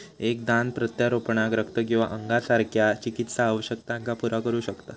एक दान प्रत्यारोपणाक रक्त किंवा अंगासारख्या चिकित्सा आवश्यकतांका पुरा करू शकता